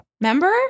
Remember